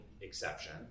exception